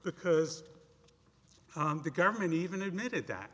because the government even admitted that